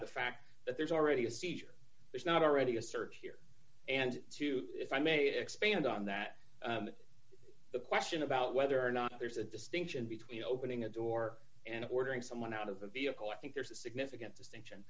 the fact that there's already a seizure there's not already a search here and two if i may expand on that the question about whether or not there's a distinction between opening a door and ordering someone out of the vehicle i think there's a significant distinction